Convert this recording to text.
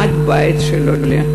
עד לבית של העולה.